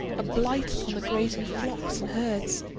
a blight upon the grazing flocks and herds,